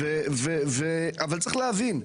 אבל צריך להבין.